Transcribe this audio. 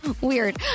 Weird